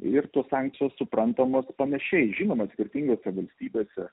ir tos sankcijos suprantamas panašiai žinoma turtingose valstybėse